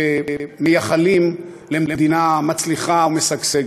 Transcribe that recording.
שמייחלים למדינה מצליחה ומשגשגת.